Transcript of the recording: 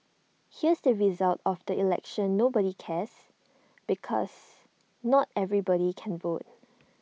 here's the result of the election nobody cares because not everybody can vote